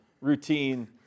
routine